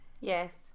Yes